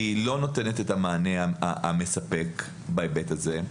לא נותנת את המענה המספק בהיבט הזה.